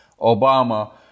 Obama